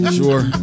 sure